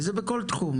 וזה בכל תחום,